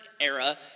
era